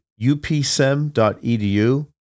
upsem.edu